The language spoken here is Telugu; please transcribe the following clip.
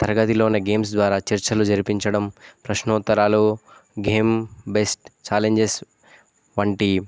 తరగతిలోని గేమ్స్ ద్వారా చర్చలు జరిపించడం ప్రశ్నోతరాలు గేమ్ బెస్ట్ ఛాలెంజెస్ వంటి